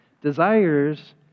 desires